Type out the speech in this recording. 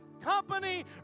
company